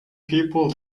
people